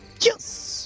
yes